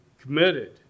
committed